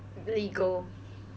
then you go